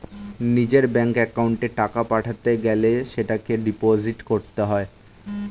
নিজের ব্যাঙ্ক অ্যাকাউন্টে টাকা পাঠাতে গেলে সেটাকে ডিপোজিট করতে হয়